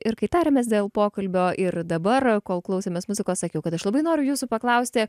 ir kai tarėmės dėl pokalbio ir dabar kol klausėmės muzikos sakiau kad aš labai noriu jūsų paklausti